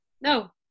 no